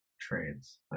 trades